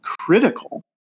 critical